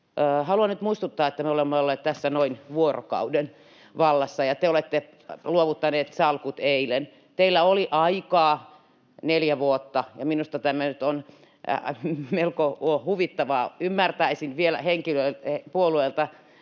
Haluan nyt muistuttaa, että me olemme olleet tässä noin vuorokauden vallassa ja te olette luovuttaneet salkut eilen. Teillä oli aikaa neljä vuotta. Minusta tämä nyt on melko huvittavaa. Ymmärtäisin tämän vielä puolueelta,